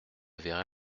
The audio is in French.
verrez